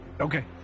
Okay